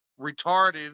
retarded